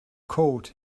code